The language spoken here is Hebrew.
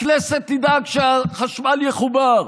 הכנסת תדאג שהחשמל יחובר,